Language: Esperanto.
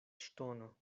ŝtono